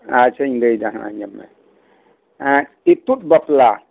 ᱟᱪᱪᱷᱟᱧ ᱞᱟᱹᱭ ᱮᱫᱟ ᱦᱟᱸᱜ ᱟᱡᱚᱢ ᱢᱮ ᱤᱛᱩᱫ ᱵᱟᱯᱞᱟ